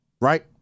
right